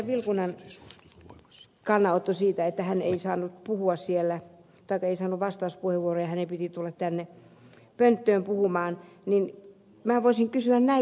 vilkuna esitti kannanoton siitä että hän ei saanut vastauspuheenvuoroa ja hänen piti tulla tänne pönttöön puhumaan niin minä voisin kysyä näinpäin